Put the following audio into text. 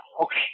okay